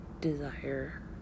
desire